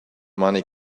money